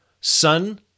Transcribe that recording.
sun